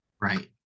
Right